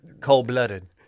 cold-blooded